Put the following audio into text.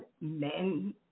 men